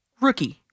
Rookie